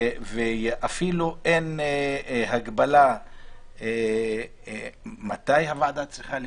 ואפילו אין הגבלה מתי הוועדה צריכה להתכנס,